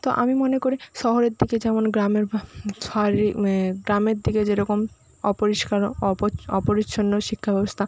তো আমি মনে করি শহরের দিকে যেমন গ্রামের গ্রামের দিকে যেরকম অপরিষ্কার অপরিচ্ছন্ন শিক্ষাব্যবস্থা